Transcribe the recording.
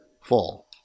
fall